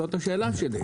זאת השאלה שלי.